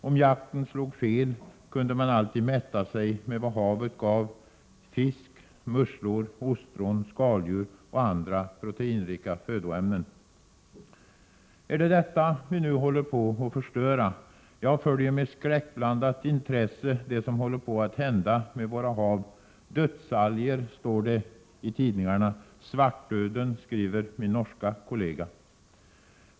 Om jakten slog fel kunde man alltid mätta sig med vad havet gav — fisk, musslor, ostron, skaldjur och andra proteinrika födoämnen. Är det detta vi nu håller på att förstöra? Jag följer med skräckblandat intresse det som håller på att hända med våra hav. ”Dödsalger” står det i tidningarna. ”Svartdöden” skriver min norska kollega.